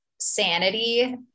sanity